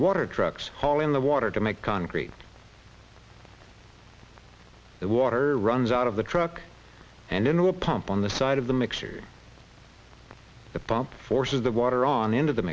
water trucks haul in the water to make concrete the water runs out of the truck and into a pump on the side of the mixture the pump forces the water on into the